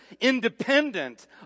independent